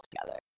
together